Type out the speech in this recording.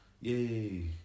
yay